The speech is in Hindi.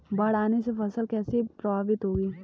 बाढ़ आने से फसल कैसे प्रभावित होगी?